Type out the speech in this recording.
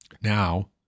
Now